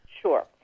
sure